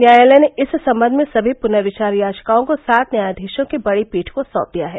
न्यायालय ने इस संबंध में सभी पुनर्विचार याचिकाओं को सात न्यायाधीशों की बड़ी पीठ को सौंप दिया है